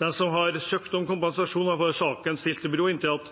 De som har søkt om kompensasjon, har fått saken stilt